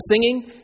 singing